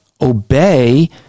obey